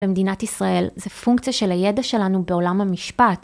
במדינת ישראל זה פונקציה של הידע שלנו בעולם המשפט.